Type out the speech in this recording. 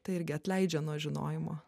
tai irgi atleidžia nuo žinojimo